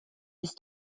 ist